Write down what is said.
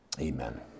Amen